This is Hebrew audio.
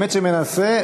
באמת מנסה,